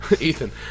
Ethan